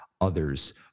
others